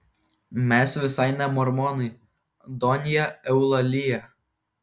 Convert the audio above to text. mes visai ne mormonai donja eulalija